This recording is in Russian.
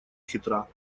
хитра